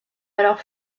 alors